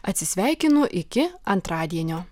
atsisveikinu iki antradienio